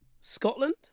Scotland